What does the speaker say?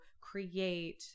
create